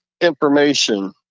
information